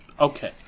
Okay